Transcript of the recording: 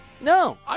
No